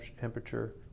temperature